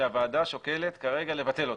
שהוועדה שוקלת כרגע לבטל אותה.